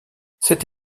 cette